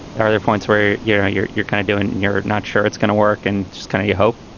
and are there points where you're out, you're you're kind of doing it, you're not sure it's going to work and just kind of you hope?